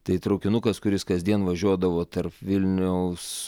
tai traukinukas kuris kasdien važiuodavo tarp vilniaus